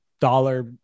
dollar